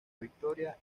victoria